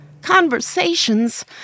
Conversations